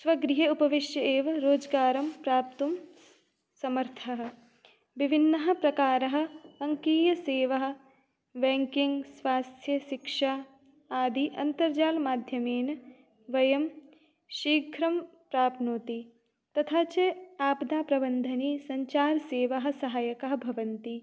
स्वगृहे उपविश्य एव रोजगारं प्राप्तुं स् समर्थः विभिन्नः प्रकारः अङ्कीयसेवाः बैंकिंग् स्वास्यशिक्षा आदि अन्तर्जालमाध्यमेन वयं शीघ्रं प्राप्नोति तथा च आपदाप्रबन्धने सञ्चारसेवा साहाय्यकः भवन्ति